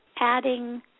adding